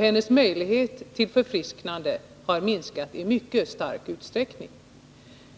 Hennes möjlighet till tillfrisknande har minskat i stor utsträckning.